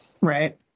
Right